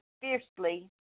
fiercely